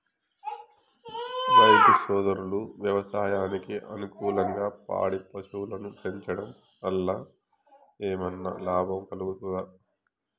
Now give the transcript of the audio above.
రైతు సోదరులు వ్యవసాయానికి అనుకూలంగా పాడి పశువులను పెంచడం వల్ల ఏమన్నా లాభం కలుగుతదా?